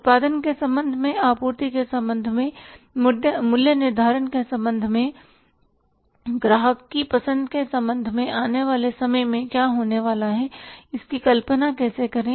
उत्पादन के संबंध में आपूर्ति के संबंध में मूल्य निर्धारण के संबंध में ग्राहक की पसंद के संबंध में आने वाले समय में क्या होने वाला है इसकी कल्पना कैसे करें